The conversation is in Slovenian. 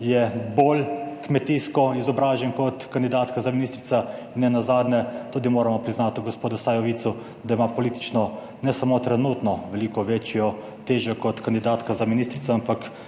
je bolj kmetijsko izobražen kot kandidatka za ministrico in nenazadnje tudi moramo priznati gospodu Sajovicu, da ima politično ne samo trenutno veliko večjo težo kot kandidatka za ministrico, ampak